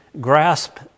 grasp